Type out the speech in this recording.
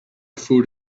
food